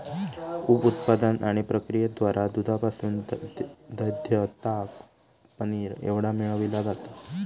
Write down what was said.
उप उत्पादन आणि प्रक्रियेद्वारा दुधापासून दह्य, ताक, पनीर एवढा मिळविला जाता